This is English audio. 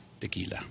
Tequila